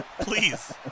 Please